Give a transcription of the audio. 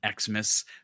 Xmas